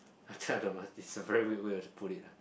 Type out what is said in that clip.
actually I don't know it's a very weird way to put it lah